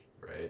right